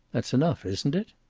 that's enough, isn't it?